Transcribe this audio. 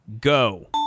go